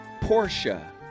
Portia